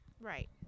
Right